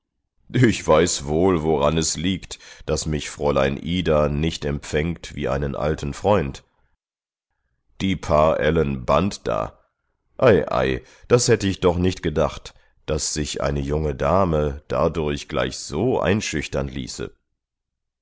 ich weiß wohl woran es liegt daß mich fräulein ida nicht empfängt wie einen alten freund die paar ellen band da ei ei das hätte ich doch nicht gedacht daß sich eine junge dame dadurch gleich so einschüchtern ließe